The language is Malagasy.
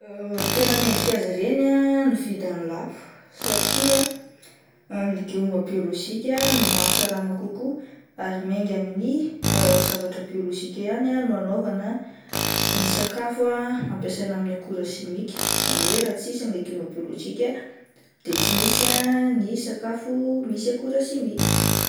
Tena mendrika azy reny ah ny vidiny lafo satrià ny legioma biôlojika no mahasalama kokoa ary miainga amin'ny zavatra biolojika ihany ah no anaovana ny sakafo ampiasana amin'ny akora simika izany hoe raha tsy misy ny legioma biôlojika de tsy misy ny sakafo misy akora simika.